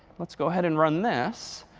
let's go ahead and run this.